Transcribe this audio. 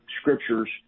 scriptures